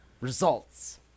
results